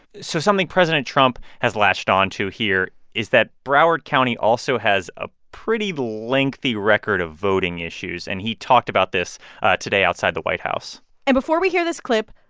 so something president trump has latched on to here is that broward county also has a pretty lengthy record of voting issues, and he talked about this today outside the white house and before we hear this clip,